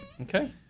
Okay